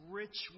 rich